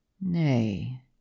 Nay